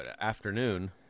afternoon